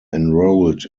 enrolled